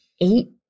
eight